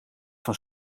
van